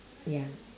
ya